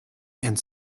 and